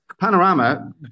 Panorama